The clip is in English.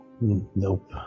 nope